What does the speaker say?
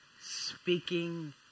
speaking